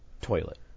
toilet